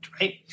right